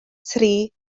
tri